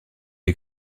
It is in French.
est